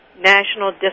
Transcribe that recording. National